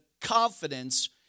confidence